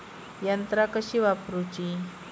यंत्रा कशी वापरूची?